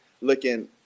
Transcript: looking